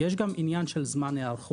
אבל יש גם עניין של זמן היערכות.